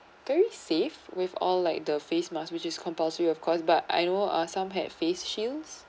very safe with all like the face mask which is compulsory of course but I know ah some have face shields